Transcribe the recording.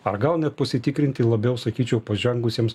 ar gal net pasitikrinti labiau sakyčiau pažengusiems